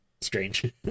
strange